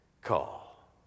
call